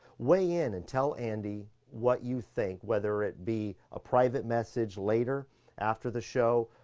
weigh in and tell andy what you think, whether it be a private message later after the show,